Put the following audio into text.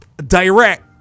Direct